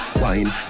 wine